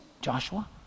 Joshua